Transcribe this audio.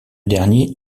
dernier